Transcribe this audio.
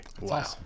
Wow